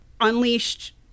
unleashed